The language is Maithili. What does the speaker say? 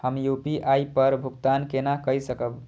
हम यू.पी.आई पर भुगतान केना कई सकब?